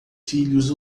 filhos